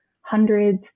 hundreds